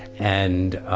and